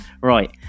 Right